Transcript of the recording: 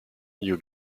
you